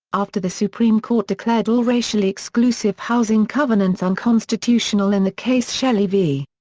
after the supreme court declared all racially exclusive housing covenants unconstitutional in the case shelley v.